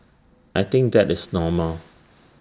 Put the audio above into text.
I think that is normal